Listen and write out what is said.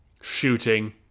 shooting